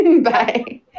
Bye